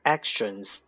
Actions